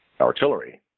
artillery